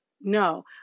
No